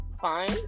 fine